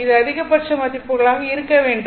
இது அதிகபட்ச மதிப்புகளாக இருக்க வேண்டும்